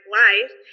life